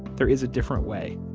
there is a different way